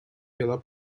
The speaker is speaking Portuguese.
pela